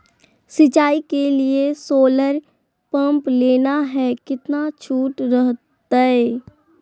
सिंचाई के लिए सोलर पंप लेना है कितना छुट रहतैय?